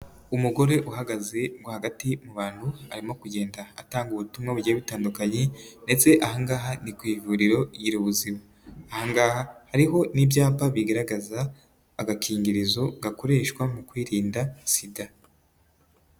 Umugore uhagaze rwagati mu bantu, arimo kugenda atanga ubutumwa bugiye butandukanye ndetse ahangaha ni ku ivuriro Girubuzima .Aha ngaha hariho n'ibyapa bigaragaza agakingirizo gakoreshwa mu kwirinda Sida.